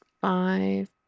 five